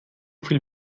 viel